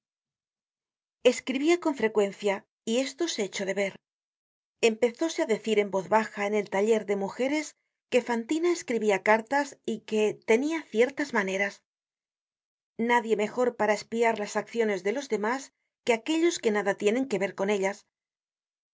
escribia con frecuencia y esto se echó de ver empezóse á decir en voz baja en el taller de mujeres que fantina escribia cartas y que ttenia ciertas maneras nadie mejor para espiar las acciones de los demás que aquellos que nada tienen que ver con ellas